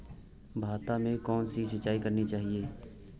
भाता में कौन सी सिंचाई करनी चाहिये?